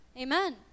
Amen